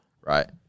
right